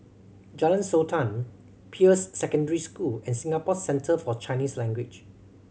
Jalan Sultan Peirce Secondary School and Singapore Centre For Chinese Language